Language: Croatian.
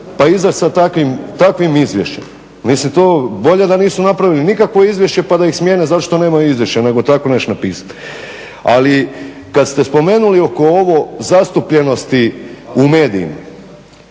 pa izać sa takvim izvješćem. Mislim to bolje da nisu napravili nikakvo izvješće pa da ih smjene zato što nemaju izvješće nego tako nešto napisati. Ali kad ste spomenuli oko ovo zastupljenosti u medijima,